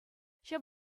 ҫав